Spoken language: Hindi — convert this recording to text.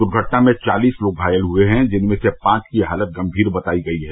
दर्घटना में चालीस लोग घायल हुए है जिनमें से पांव की हालत गंभीर बताई गई है